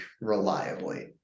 reliably